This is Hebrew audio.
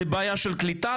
זו בעיה של קליטה,